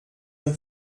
mon